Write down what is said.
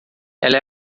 ela